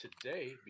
today